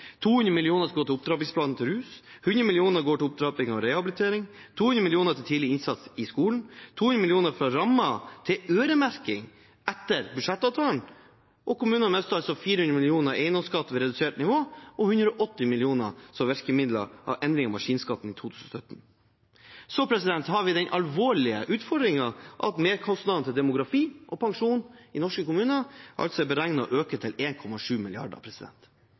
200 mill. kr skal gå til opptrappingsplanen for rusfeltet, 100 mill. kr går til opptrapping av rehabilitering, 200 mill. kr til tidlig innsats i skolen, 200 mill. kr fra rammen til øremerking etter budsjettavtalen, og kommunene mister altså 400 mill. kr i eiendomsskatt ved redusert nivå og 180 mill. kr som virkemidler av endring av maskinskatten i 2017. Så har vi den alvorlige utfordringen at merkostnaden til demografi og pensjon i norske kommuner er beregnet å øke til